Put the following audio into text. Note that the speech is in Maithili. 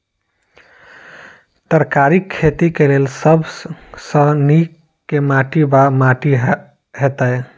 तरकारीक खेती केँ लेल सब सऽ नीक केँ माटि वा माटि हेतै?